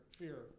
fear